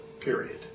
period